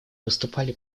выступали